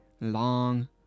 long